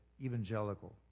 evangelical